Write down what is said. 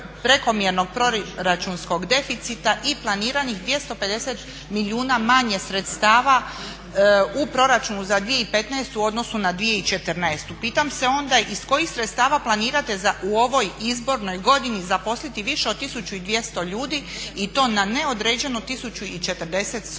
prekomjernog proračunskog deficita i planiranih 250 milijuna manje sredstava u proračunu za 2015. u odnosu na 2014. Pitam se onda iz kojih sredstava planirate u ovoj izbornoj godini zaposliti više od 1200 ljudi i to na neodređeno 1040 službenika